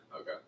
Okay